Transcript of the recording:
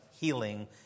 healing